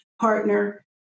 partner